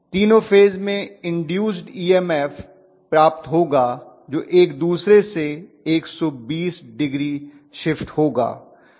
तीनों फेज में induced EMF प्राप्त होगा जो एक दूसरे से 120 डिग्री शिफ्ट होगा